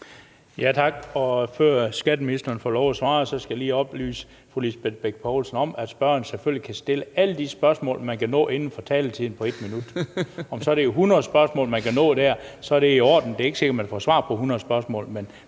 Tak. Og før skatteministeren får lov at svare, skal jeg lige oplyse fru Lisbeth Bech Poulsen om, at spørgeren selvfølgelig kan stille alle de spørgsmål, hun kan nå inden for taletiden på 1 minut. Om det så er 100 spørgsmål, man kan nå der, er det i orden. Det er ikke sikkert, at man får svar på 100 spørgsmål, men